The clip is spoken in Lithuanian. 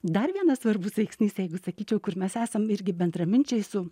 dar vienas svarbus veiksnys jeigu sakyčiau kur mes esam irgi bendraminčiai su